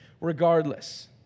regardless